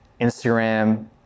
Instagram